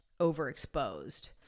overexposed